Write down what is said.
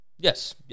Yes